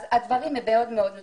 הדברים הם מאוד מאוד שונים.